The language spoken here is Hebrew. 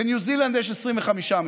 בניו זילנד יש 25 מתים,